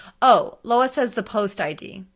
oh, lois says the post id.